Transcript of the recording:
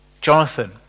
Jonathan